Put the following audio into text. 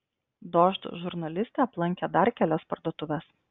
dožd žurnalistė aplankė dar kelias parduotuves